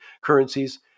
currencies